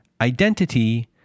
identity